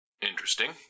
Interesting